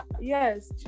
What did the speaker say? yes